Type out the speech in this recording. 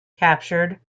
captured